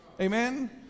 Amen